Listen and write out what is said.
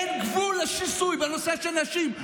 אין גבול לשיסוי בנושא של נשים.